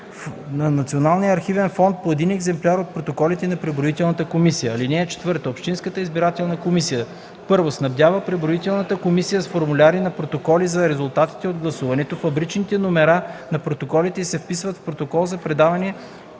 архивен фонд по един екземпляр от протоколите на преброителните комисии. (4) Общинската избирателна комисия: 1. снабдява преброителната комисия с формуляри на протоколи за резултатите от гласуването; фабричните номера на протоколите се вписват в протокол за предаването